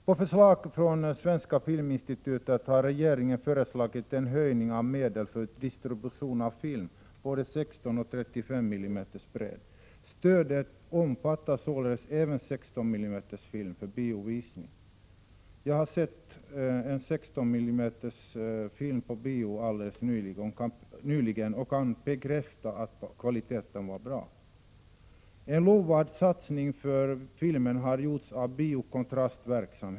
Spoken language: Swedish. På förslag från Svenska filminstitutet har regeringen föreslagit en ökning av medlen för distribution av film, både 16 mm och 35 mm bredd. Stödet omfattar således även 16 mm film för biovisning. Jag har sett en 16 mm film helt nyligen och kan bekräfta att kvaliteten var bra. En lovvärd satsning för filmen har gjorts av Bio Kontrast-verksamheten.